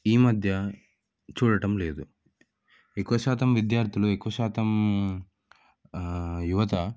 ఈ మధ్య చూడటం లేదు ఎక్కువశాతం విద్యార్దులు ఎక్కువశాతం యువత